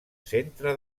centre